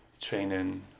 training